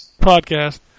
podcast